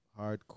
hardcore